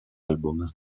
album